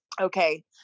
okay